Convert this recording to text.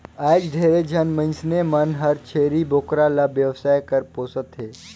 आयज ढेरे झन मइनसे मन हर छेरी बोकरा ल बेवसाय बर पोसत हें